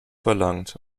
verlangt